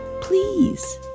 Please